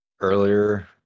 earlier